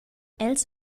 els